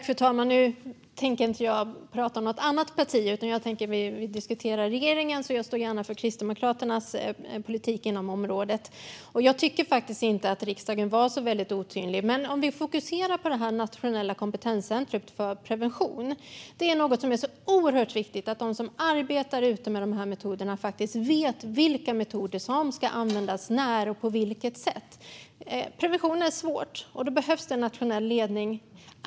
Fru talman! Jag tänker inte prata om något annat parti. Vi diskuterar regeringens politik inom området, och jag står gärna för Kristdemokraternas politik. Jag tycker faktiskt inte att riksdagen var särskilt otydlig. Men nu kan vi fokusera på det nationella kompetenscentrumet för prevention. Det är oerhört viktigt att de som arbetar med de här metoderna vet vilka metoder som ska användas, när och på vilket sätt. Prevention är svårt, och då behövs nationell ledning.